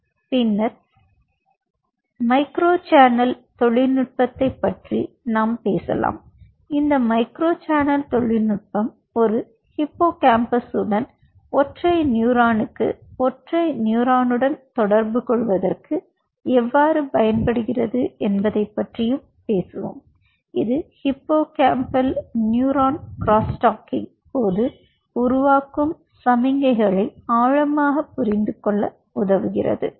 இதன் பின்னர் micro channel தொழில்நுட்பத்தைப் பற்றி நான் பேசுவேன் இந்த மைக்ரோ சேனல் தொழில்நுட்பம் ஒரு ஹிப்போகாம்பஸுடன் ஒற்றை நியூரானுக்கு ஒற்றை நியூரானுடன் தொடர்புகொள்வதற்கு எவ்வாறு பயன்படுகிறது என்பதைப் பற்றி பேசுவோம் இது ஹிப்போகாம்பல் நியூரான் கிராஸ் டாக்கிங் போது உருவாக்கும் சமிக்ஞைகளை ஆழமாக புரிந்துகொள்ள உதவுகிறது